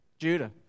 Judah